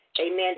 amen